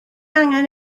angen